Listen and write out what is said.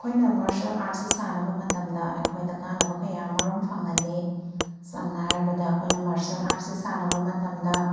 ꯑꯩꯈꯣꯏꯅ ꯃꯥꯔꯁꯦꯜ ꯑꯥꯔꯠꯁꯦ ꯁꯥꯟꯅꯕ ꯃꯇꯝꯗ ꯑꯩꯈꯣꯏꯗ ꯀꯥꯟꯅꯕ ꯀꯌꯥꯃꯔꯨꯝ ꯐꯪꯍꯜꯂꯤ ꯁꯝꯅ ꯍꯥꯏꯔꯕꯗ ꯑꯩꯈꯣꯏꯅ ꯃꯥꯔꯁꯦꯜ ꯑꯥꯔꯠꯁꯦ ꯁꯥꯟꯅꯕ ꯃꯇꯝꯗ